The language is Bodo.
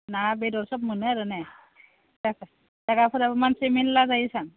ना बेदर सोब मोनो आरो ने जागाफोराबो मानसि मेल्ला जायोसां